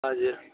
हजुर